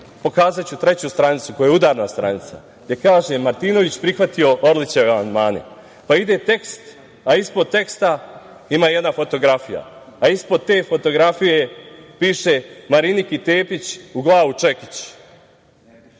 pokazaću treću stranicu koja je udarna stranica, gde kaže – Martinović prihvatio Orlićeve amandmane, pa ide tekst, a ispod teksta ima jedna fotografija, a ispod te fotografije piše – Mariniki Tepić u glavu čekić.